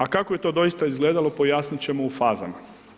A kako je to doista izgledalo, pojasnit ćemo u fazama.